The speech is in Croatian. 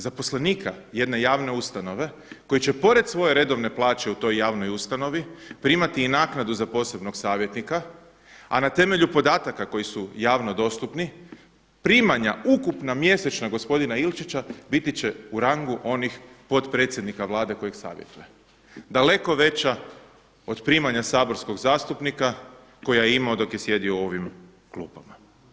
Zaposlenika jedne javne ustanove koji će pored svoje redovne plaće u toj javnoj ustanovi primati i naknadu za posebnog savjetnika, a na temelju podataka koji su javno dostupni, primanja ukupna, mjesečna gospodina Ilčića biti će u rangu onih potpredsjednika Vlade kojeg savjetuje, daleko veća od primanja saborskog zastupnika koja je imao dok je sjedio u ovim klupama.